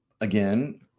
again